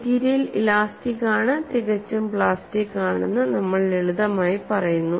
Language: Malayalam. മെറ്റീരിയൽ ഇലാസ്റ്റിക് ആണ് തികച്ചും പ്ലാസ്റ്റിക്ക് ആണെന്ന് നമ്മൾ ലളിതമായി പറയുന്നു